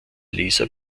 leser